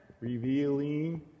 revealing